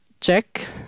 check